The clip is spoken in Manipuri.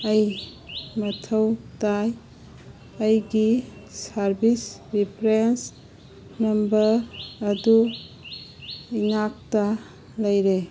ꯑꯩ ꯃꯊꯧ ꯇꯥꯏ ꯑꯩꯒꯤ ꯁꯥꯔꯕꯤꯁ ꯔꯤꯐ꯭ꯔꯦꯟꯁ ꯅꯝꯕꯔ ꯑꯗꯨ ꯏꯅꯥꯛꯇ ꯂꯩꯔꯦ